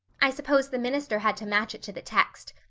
i suppose the minister had to match it to the text.